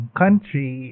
country